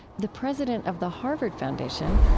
the president of the harvard foundation,